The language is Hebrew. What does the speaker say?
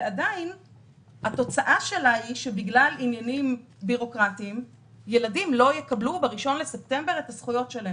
אבל התוצאה היא שילדים לא יקבלו ב-1 בספטמבר את הזכויות שלהם.